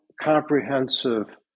comprehensive